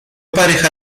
pareja